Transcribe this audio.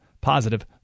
positive